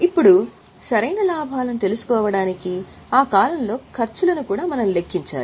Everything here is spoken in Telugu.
ఇప్పుడు సరైన లాభాలను తెలుసుకోవడానికి ఆ కాలంలో ఖర్చులను కూడా మనం లెక్కించాలి